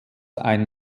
ein